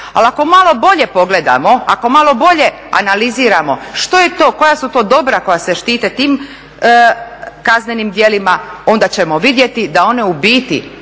ali ako malo bolje pogledamo, ako malo bolje analiziramo što je to, koja su to dobra koja se štite tim kaznenim djelima, onda ćemo vidjeti da one u biti